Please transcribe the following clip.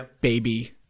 baby